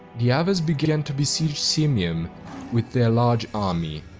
the avars began to besiege sirmium with their large army.